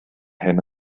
hyn